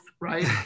right